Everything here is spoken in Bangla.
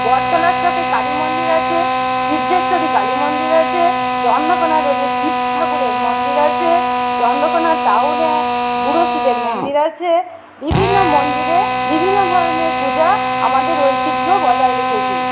বটতলা চকে কালীমন্দির আছে সিদ্ধেশ্বরী কালীমন্দির আছে চন্দ্রকোনা রোডে শিবঠাকুরের মন্দির আছে চন্দ্রকোনা টাউনে বুড়ো শিবের মন্দির আছে বিভিন্ন মন্দিরে বিভিন্ন ধরনের পূজা আমাদের ঐতিহ্য বজায় রেখেছে